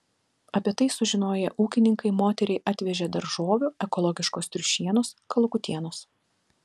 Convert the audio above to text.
apie tai sužinoję ūkininkai moteriai atvežė daržovių ekologiškos triušienos kalakutienos